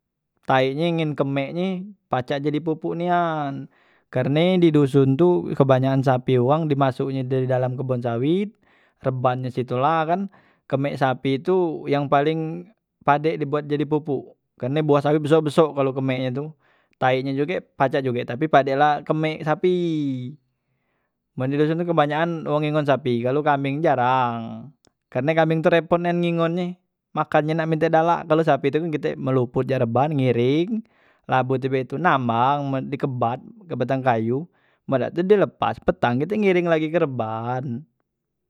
Tai nye ngen kemek nye pacak jadi popok nian karne di doson tu kebanyakan sapi wang di masuk nye dalam kebon sawit terban nyo disitula kan kemek sapi tu yang paling padek dibuat jadi popok, karne buah sapi besok- besok kalu kemek nye tu tai nye juge pacak juge tapi padekla kemek sapi, men di dusun tu banyakan wang ngengon sapi kalu kambing tu jarang, karne kambing tu repot nian ngengon nye makan nye nak minta dak lak kalo sapi tu kite melopot jak reban ngiring la bote mak itu nambang ngan di kebat di batang kayu men dak tu di lepas petang kite ngiring lagi ke reban.